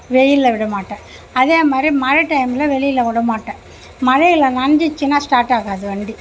வெயிலில் விட மாட்டேன் அதேமாதிரி மழை டைமில் வெளியில் விடமாட்டேன் மழையில நனைஞ்சிடுச்சின்னா ஸ்டார்ட் ஆகாது வண்டி